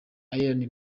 ian